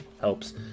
helps